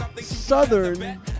Southern